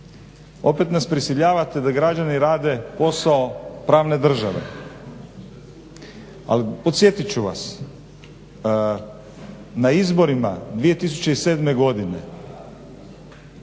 Opet nas prisiljavate da građani rade posao pravne države, ali podsjetit ću vas, na izborima 2007. godine,